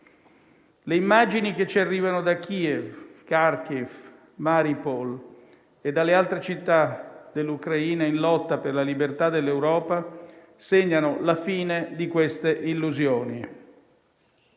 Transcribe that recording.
Le immagini che ci arrivano da Kiev, Kharkiv, Mariupol e dalle altre città dell'Ucraina in lotta per la libertà dell'Europa segnano la fine di queste illusioni.